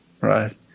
right